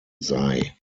sei